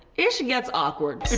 ish gets awkward.